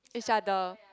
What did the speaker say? each other